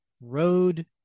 Road